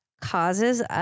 causes